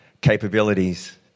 capabilities